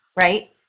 right